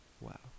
Wow